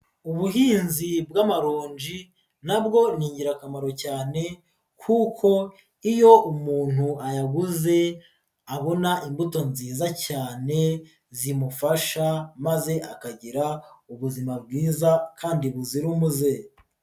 Ubuhinzi bw'amaronji nabwo ni ingirakamaro cyane kuko iyo umuntu ayaguze abona imbuto nziza cyane zimufasha maze akagira ubuzima bwiza kandi buzira umuze.